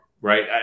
right